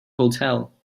hotel